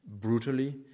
brutally